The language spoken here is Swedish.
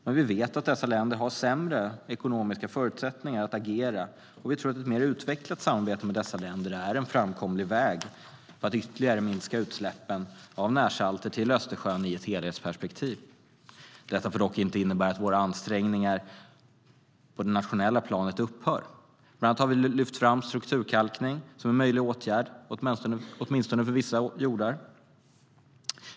Men vi vet att dessa länder har sämre ekonomiska förutsättningar att agera. Vi tror att ett mer utvecklat samarbete med dessa länder är en framkomlig väg för att ytterligare minska utsläppen av närsalter till Östersjön i ett helhetsperspektiv. Detta får dock inte innebära att våra ansträngningar på det nationella planet upphör. Bland annat har vi lyft fram strukturkalkning som en möjlig åtgärd, åtminstone för vissa jordar.